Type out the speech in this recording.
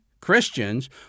Christians